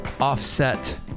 offset